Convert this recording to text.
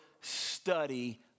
study